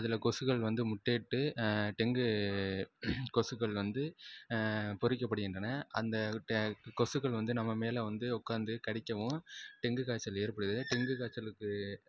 அதில் கொசுகள் வந்து முட்டையிட்டு டெங்கு கொசுக்கள் வந்து பொரிக்கப்படுகின்றன அந்த ட கொசுக்கள் வந்து நம்ம மேலே வந்து உட்காந்து கடிக்கவும் டெங்கு காய்ச்சல் ஏற்படுறது டெங்கு காய்ச்சலுக்கு